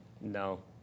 No